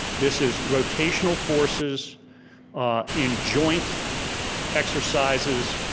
this is rotational forces in joint exercises,